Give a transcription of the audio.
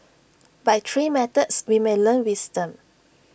by three methods we may learn wisdom